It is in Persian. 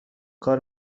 کار